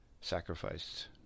sacrificed